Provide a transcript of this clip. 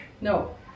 No